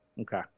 Okay